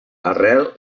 arrel